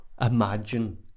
imagine